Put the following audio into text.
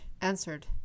answered